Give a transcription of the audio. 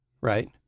right